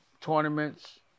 tournaments